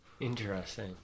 interesting